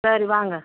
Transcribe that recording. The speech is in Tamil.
சரி வாங்க